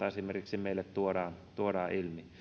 esimerkiksi potilasturvallisuudesta meille tuodaan tuodaan